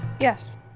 Yes